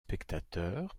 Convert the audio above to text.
spectateurs